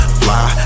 fly